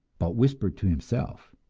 but whispered to himself,